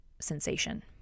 sensation